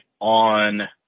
on